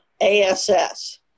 ASS